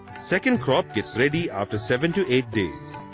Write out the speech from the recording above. second crop gets ready after seven to eight days.